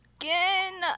again